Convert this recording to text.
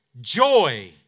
joy